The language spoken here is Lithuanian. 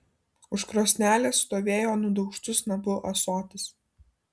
už krosnelės stovėjo nudaužtu snapu ąsotis